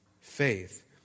faith